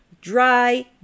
dry